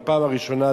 בפעם הראשונה,